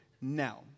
Now